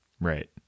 Right